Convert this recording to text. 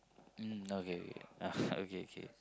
mm okay ah okay okay